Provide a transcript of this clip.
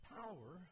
power